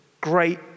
great